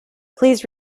please